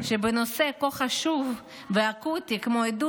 לא ייתכן שבנושא כה חשוב ואקוטי כמו עידוד